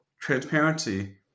transparency